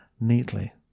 neatly